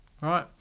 Right